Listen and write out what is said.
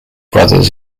brothers